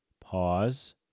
Pause